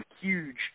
huge